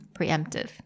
Preemptive